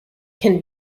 can